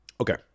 Okay